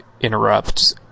interrupt